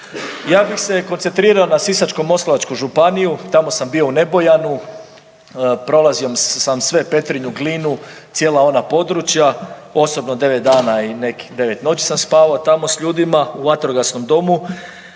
Ja bih se koncentrirao na Sisačko-moslavačku županiju. Tamo sam bio u Nebojanu. Prolazio sam sve Petrinju, Glinu, cijela ona područja. Osobno 9 dana i nekih 9 noći sam spavao tamo s ljudima u vatrogasnom domu,